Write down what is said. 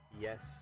yes